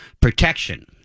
protection